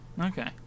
Okay